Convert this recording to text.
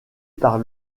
par